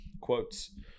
quotes